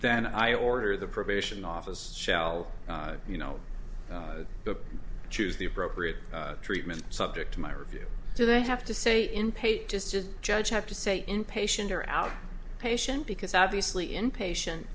then i order the probation office shell you know choose the appropriate treatment subject to my review so they have to say in pate just a judge have to say in patient or out patient because obviously inpatient